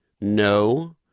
no